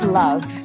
love